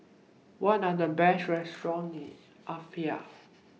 What Are The Best restaurants in Apia